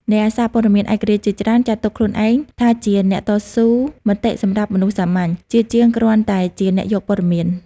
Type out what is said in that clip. អ្នកសារព័ត៌មានឯករាជ្យជាច្រើនចាត់ទុកខ្លួនឯងថាជាអ្នកតស៊ូមតិសម្រាប់មនុស្សសាមញ្ញ ជាជាងគ្រាន់តែជាអ្នកយកព័ត៌មាន។